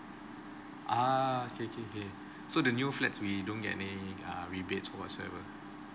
ah kay~ kay~ kay~ so the new flats we don't get any err rebates or whatsoever